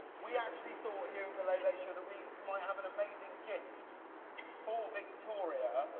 we actually thought here at the late, late show that we might have an amazing gift for victoria,